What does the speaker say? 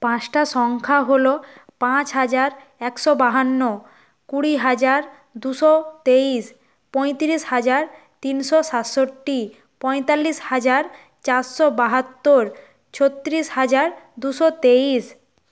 পাঁচটা সংখ্যা হল পাঁচ হাজার একশো বাহান্ন কুড়ি হাজার দুশো তেইশ পঁয়ত্রিশ হাজার তিনশো সাতষট্টি পঁয়তাল্লিশ হাজার চারশো বাহাত্তর ছত্রিশ হাজার দুশো তেইশ